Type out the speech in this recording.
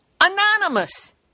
anonymous